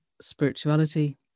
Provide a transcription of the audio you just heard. spirituality